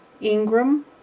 Ingram